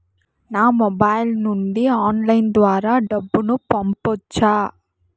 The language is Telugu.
నా మొబైల్ నుండి ఆన్లైన్ ద్వారా డబ్బును పంపొచ్చా